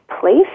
place